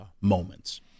moments